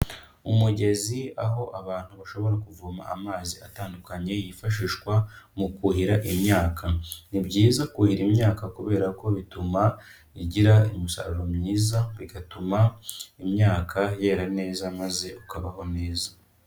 Umugezi, aho abantu bashobora kuvoma amazi atandukanye yifashishwa mu kuhira imyaka. Ni byiza kuhira imyaka kubera ko bituma igira imi umusaruro myiza, bigatuma imyaka yera neza maze ukabaho neza.